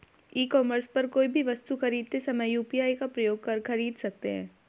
ई commerce पर कोई भी वस्तु खरीदते समय यू.पी.आई का प्रयोग कर खरीद सकते हैं